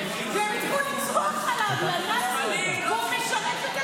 ברור שזה כך.